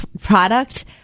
product